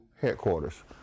headquarters